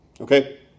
Okay